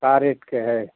का रेट के है